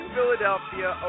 Philadelphia